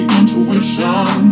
intuition